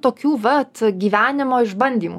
tokių va gyvenimo išbandymų